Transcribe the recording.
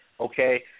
okay